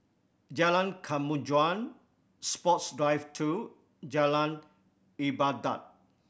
Jalan Kemajuan Sports Drive Two Jalan Ibadat